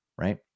right